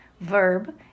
verb